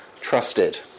trusted